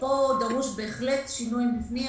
ופה נדרש שינוי מבני.